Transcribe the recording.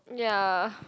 ya